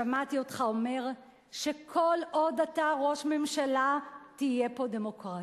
אומר שכל עוד אתה ראש ממשלה, תהיה פה דמוקרטיה.